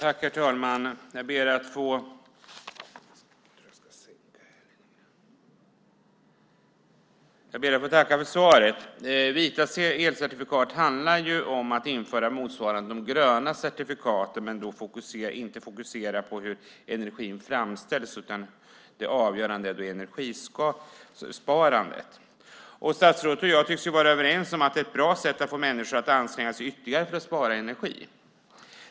Herr talman! Jag ber att få tacka för svaret. Vita elcertifikat motsvarar de gröna certifikaten, men man ska inte fokusera på hur energin framställs, utan det avgörande är energisparandet. Statsrådet och jag tycks vara överens om att det är ett bra sätt att få människor att anstränga sig ytterligare för att spara energi.